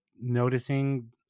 noticing